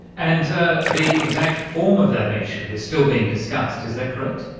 and the exact form of that initiative is still being discussed, is that correct?